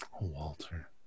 Walter